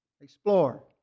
explore